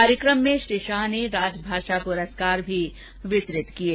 कार्यक्रम में श्री शाह ने राजभाषा प्रस्कार भी वितरित किये